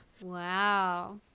Wow